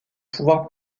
pouvoir